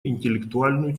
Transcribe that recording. интеллектуальную